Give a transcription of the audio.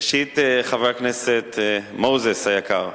ראשית, חבר הכנסת מוזס היקר,